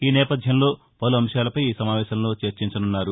ఈ నేపథ్యంలో పలు అంశాలపై ఈ సమావేశంలో చర్చించనున్నారు